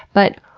but,